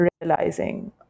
realizing